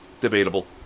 Debatable